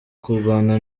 kurwana